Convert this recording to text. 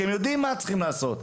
הם יודעים מה צריך לעשות,